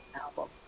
album